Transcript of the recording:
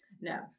No